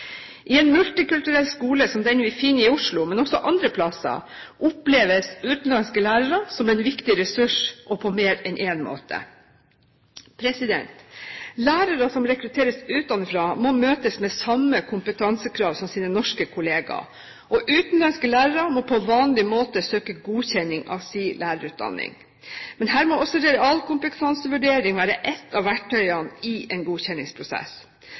I en multikulturell skole som den vi finner i Oslo, men også andre steder, oppleves utenlandske lærere som en viktig ressurs – og på mer enn én måte. Lærere som rekrutteres utenfra, må møtes med samme kompetansekrav som sine norske kolleger, og utenlandske lærere må på vanlig måte søke godkjenning av sin lærerutdanning. Men her må også realkompetansevurdering være et av verktøyene i en godkjenningsprosess.